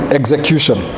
execution